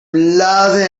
loving